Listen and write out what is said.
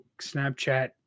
Snapchat